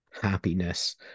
happiness